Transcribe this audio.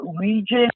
region